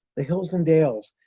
the hills and dales,